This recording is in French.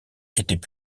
étaient